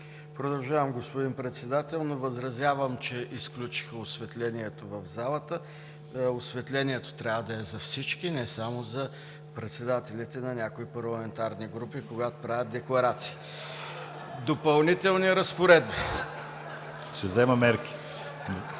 Продължавам, господин Председател, но възразявам, че изключиха осветлението в залата. Осветлението трябва да е за всички, не само за председателите на някои парламентарни групи, когато правят декларации. (Оживление. Смях.)